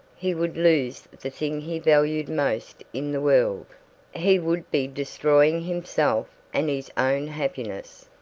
he would lose the thing he valued most in the world he would be destroying himself and his own happiness.